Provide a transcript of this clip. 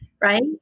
right